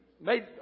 made